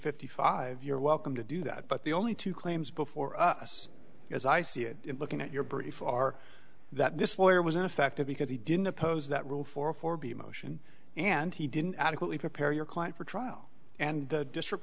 fifty five you're welcome to do that but the only two claims before us as i see it looking at your brief or that this boy was ineffective because he didn't oppose that rule for four b motion and he didn't adequately prepare your client for trial and the district